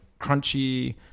crunchy